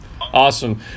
Awesome